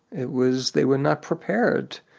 it was, they were not prepared.